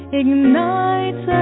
ignites